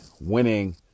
winning